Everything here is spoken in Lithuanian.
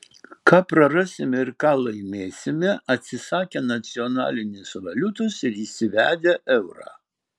ką prarasime ir ką laimėsime atsisakę nacionalinės valiutos ir įsivedę eurą